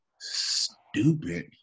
stupid